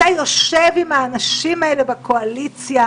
אתה יושב עם האנשים האלה בקואליציה.